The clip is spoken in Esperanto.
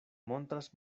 montras